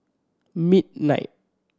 midnight